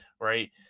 right